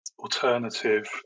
alternative